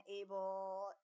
able